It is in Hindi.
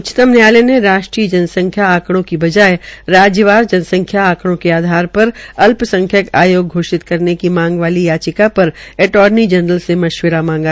म्ख्य न्यायालय ने राष्ट्रीय जनसंख्या आंकड़ो की बजाय राज्यवार जनसंख्या आंकड़ो के आधार पर अल्पसंख्यक घोषित करने की मांग वाली याचिका पर अर्टार्नी जनरल से मशविरा मांगा